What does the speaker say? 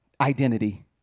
identity